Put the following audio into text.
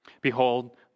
Behold